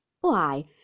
Why